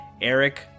Eric